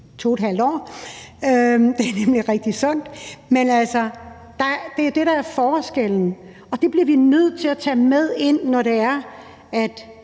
også i 2½ år; det er nemlig rigtig sundt. Men det er det, der er forskellen, og det bliver vi nødt til at tage med ind, når vi har